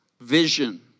vision